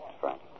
Frank